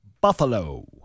Buffalo